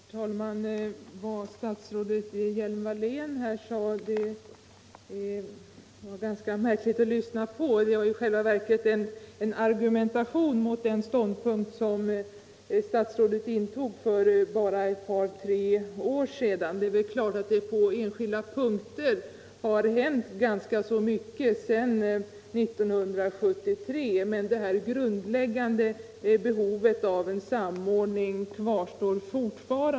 Herr talman! Det som statsrådet Hjelm-Wallén nyss sade var ganska märkligt att lyssna till. Det äri själva verket en argumentation mot den ståndpunkt som statsrådet intog för bara två tre år sedan. Det är klart att ganska mycket har hänt på skilda punkter, men det grundläggande behovet av en samordning kvarstår.